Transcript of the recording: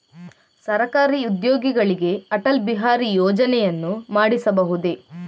ಸರಕಾರಿ ಉದ್ಯೋಗಿಗಳಿಗೆ ಅಟಲ್ ಬಿಹಾರಿ ಯೋಜನೆಯನ್ನು ಮಾಡಿಸಬಹುದೇ?